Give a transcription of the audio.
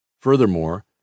Furthermore